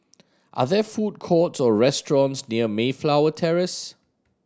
are there food courts or restaurants near Mayflower Terrace